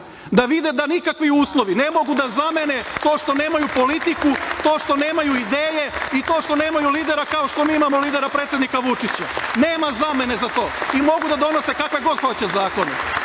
da vide da nikakvi uslovi ne mogu da zamene to što nemaju politiku, to što nemaju ideje i to što nemaju lidera, kao što mi imamo lidera, predsednika Vučića. Nema zamene za to. I mogu da donose kakve god hoće zakone.